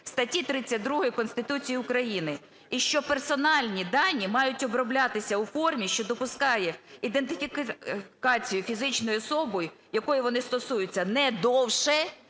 статті 32 Конституції України. І що персональні дані мають оброблятися у формі, що допускає ідентифікацію фізичної особи, якої вони стосуються, не довше